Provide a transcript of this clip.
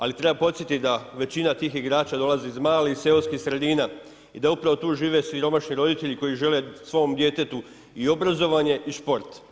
Ali treba podsjetiti da većina tih igrača dolazi iz malih, seoskih sredina i da upravo tu žive siromašni roditelji koji žele svom djetetu i obrazovanje i šport.